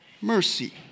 mercy